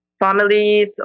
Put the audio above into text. families